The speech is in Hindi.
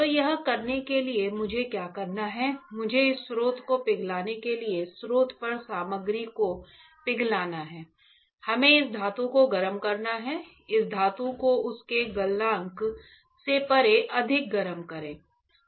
तो यह करने के लिए मुझे क्या करना है मुझे इस स्रोत को पिघलाने के लिए स्रोत पर सामग्री को पिघलाना है हमें इस धातु को गर्म करना है इस धातु को उसके गलनांक से परे अधिक गर्म करें